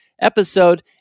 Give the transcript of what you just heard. episode